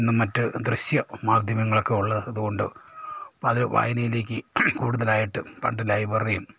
ഇന്ന് മറ്റ് ദൃശ്യ മാധ്യമങ്ങളൊക്കെ ഉള്ളതുകൊണ്ട് അപ്പോൾ അത് വായനയിലേക്ക് കൂടുതലായിട്ട് പണ്ട് ലൈബ്രറിയും